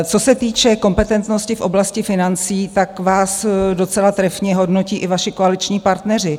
Co se týče kompetentnosti v oblasti financí, tak vás docela trefně hodnotí i vaši koaliční partneři: